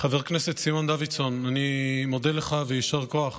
חבר הכנסת סימון דוידסון, אני מודה לך ויישר כוח